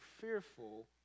fearful